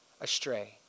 astray